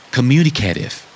Communicative